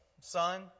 Son